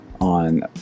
on